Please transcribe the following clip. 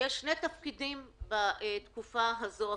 יש שני תפקידים בתקופה הקרובה.